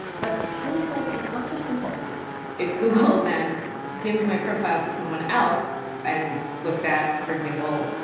but hayley says it's not so simple if google then gives my profile to someone else and looks at, for example,